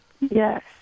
Yes